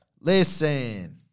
Listen